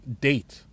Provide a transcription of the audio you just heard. date